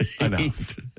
Enough